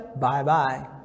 Bye-bye